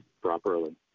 properly